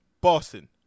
Boston